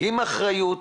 עם אחריות